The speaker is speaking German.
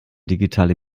digitale